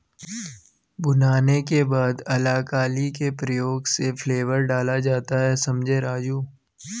भुनाने के बाद अलाकली के प्रयोग से फ्लेवर डाला जाता हैं समझें राजु